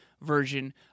version